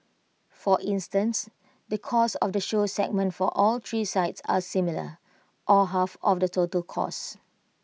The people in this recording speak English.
for instance the cost of the show segment for all three sites are similar or half of the total costs